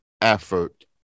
effort